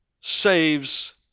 saves